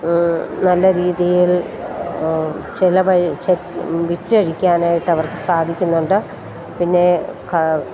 നല്ല രീതിയിൽ ചെലവഴി വിറ്റഴിക്കാനായിട്ട് അവർക്ക് സാധിക്കുന്നുണ്ട് പിന്നെ